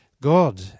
God